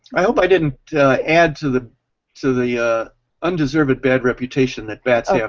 i um i didn't add to the to the ah undeserved bad reputation that bats yeah